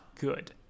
good